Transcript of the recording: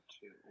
two